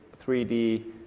3D